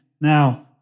Now